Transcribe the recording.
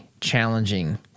challenging